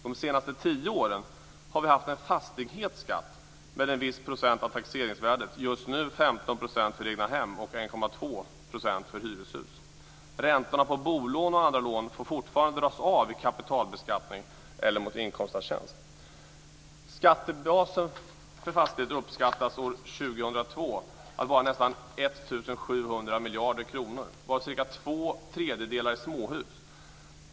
De senaste tio åren har vi haft en fastighetsskatt med en viss procent av taxeringsvärdet, just nu 15 % för egnahem och Skattebasen för fastighet uppskattas år 2002 att vara nästan 1 700 miljarder kronor, varav cirka två tredjedelar är småhus.